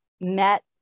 met